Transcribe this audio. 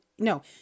No